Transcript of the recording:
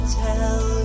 tell